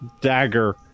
dagger